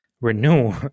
renew